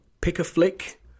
pick-a-flick